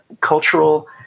cultural